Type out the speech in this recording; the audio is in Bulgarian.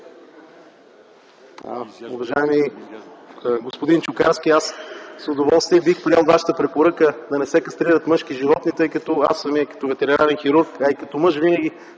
Уважаеми господин Чукарски, аз с удоволствие бих приел Вашата препоръка да не се кастрират мъжки животни, тъй като аз самият като ветеринарен хирург, а и като мъж, винаги